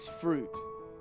fruit